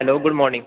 hello good morning